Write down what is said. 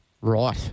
Right